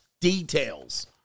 details